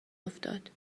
افتاد